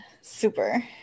Super